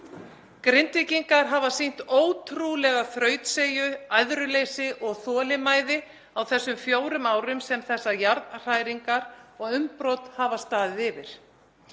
Grindvíkingar hafa sýnt ótrúlega þrautseigju, æðruleysi og þolinmæði á þessum fjórum árum sem þessa jarðhræringar og umbrot hafa staðið yfir.